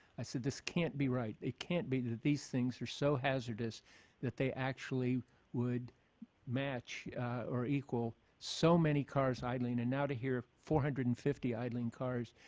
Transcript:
i said this can't be right. it can't be that these things are so hazardous that they actually would match or equal so many cars idling and now to hear four hundred and fifty idling cars.